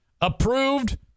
Approved